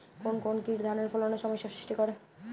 কোন কোন কীট ধানের ফলনে সমস্যা সৃষ্টি করে?